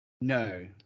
No